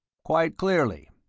quite clearly.